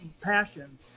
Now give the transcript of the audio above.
passion